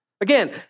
Again